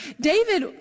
David